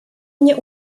mnie